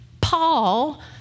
Paul